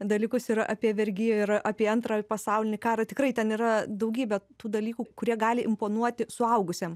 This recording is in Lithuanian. dalykus ir apie vergiją ir apie antrą pasaulinį karą tikrai ten yra daugybė tų dalykų kurie gali imponuoti suaugusiam